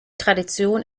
tradition